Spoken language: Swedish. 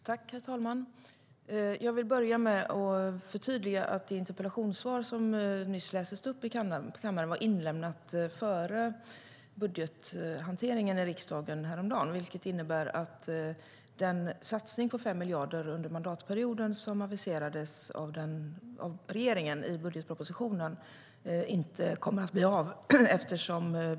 Herr talman! Jag vill börja med att förtydliga att det interpellationssvar som nyss lästes upp i kammaren var inlämnat före budgethanteringen i riksdagen häromdagen, vilket innebär att den satsning på 5 miljarder under mandatperioden som aviserades av regeringen i budgetpropositionen inte kommer att bli av.